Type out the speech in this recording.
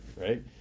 right